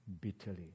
bitterly